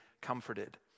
comforted